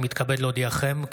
אני מתכבד להודיעכם,